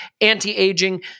anti-aging